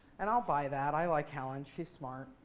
and i'll buy that. i like helen. she's smart.